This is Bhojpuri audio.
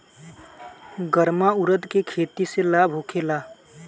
गर्मा उरद के खेती से लाभ होखे ला?